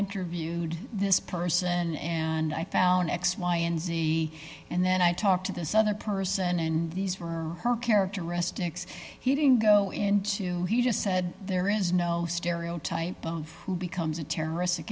interviewed this person and i found x y and z and then i talked to this other person and these were her characteristics he didn't go into he just said there is no stereotype of who becomes a terrorist